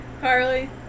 Carly